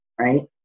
right